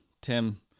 Tim